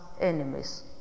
enemies